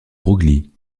broglie